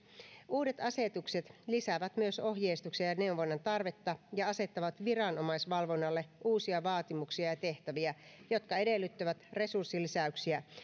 uudet asetukset lisäävät myös ohjeistuksia ja neuvonnan tarvetta ja asettavat viranomaisvalvonnalle uusia vaatimuksia ja tehtäviä jotka edellyttävät resurssilisäyksiä